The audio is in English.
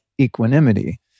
equanimity